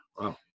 Wow